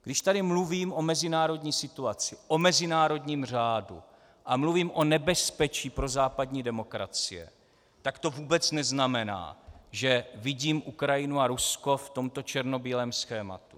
Když tady mluvím o mezinárodní situaci, o mezinárodním řádu a mluvím o nebezpečí pro západní demokracie, tak to vůbec neznamená, že vidím Ukrajinu a Rusko v tomto černobílém schématu.